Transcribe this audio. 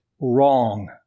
wrong